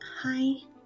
Hi